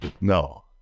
no